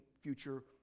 future